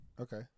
okay